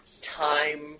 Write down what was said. time